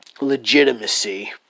legitimacy